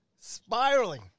spiraling